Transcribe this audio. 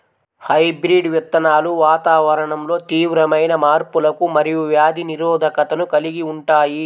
hybrid విత్తనాలు వాతావరణంలో తీవ్రమైన మార్పులకు మరియు వ్యాధి నిరోధకతను కలిగి ఉంటాయి